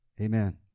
Amen